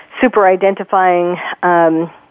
super-identifying